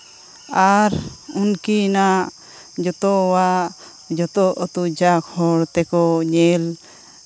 ᱟᱨ ᱩᱱᱠᱤᱱᱟᱜ ᱡᱚᱛᱚᱣᱟᱜ ᱡᱚᱛᱚ ᱟᱛᱳ ᱡᱟᱠ ᱦᱚᱲ ᱛᱮᱠᱚ ᱧᱮᱞ